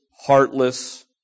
heartless